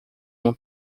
uma